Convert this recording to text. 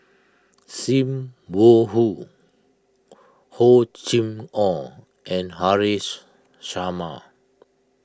Sim Wong Hoo Hor Chim or and Haresh Sharma